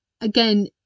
again